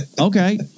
Okay